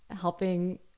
helping